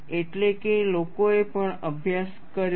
એટલે કે લોકોએ પણ અભ્યાસ કર્યો છે